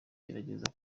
gerageza